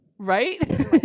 right